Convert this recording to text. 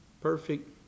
perfect